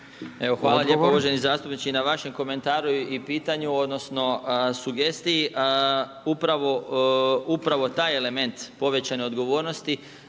Hvala lijepo uvaženi zastupniče i na vašem komentaru i pitanju, odnosno, sugestiji. Upravo taj element povećane odgovornosti,